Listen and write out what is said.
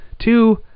Two